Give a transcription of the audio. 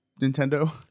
Nintendo